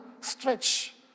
stretch